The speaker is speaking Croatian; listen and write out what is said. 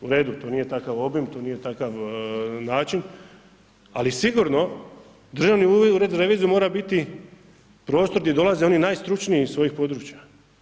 U redu to nije takav obim, to nije takav način, ali sigurno Državni ured za reviziju mora biti prostor gdje dolaze oni najstručniji iz svojih područja.